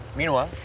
meanwhile,